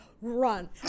run